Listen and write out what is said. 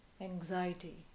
anxiety